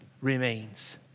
remains